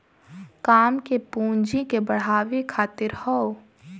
काम के पूँजी के बढ़ावे खातिर हौ